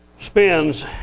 spins